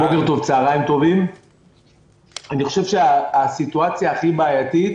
אני חושב שהסיטואציה הכי בעייתית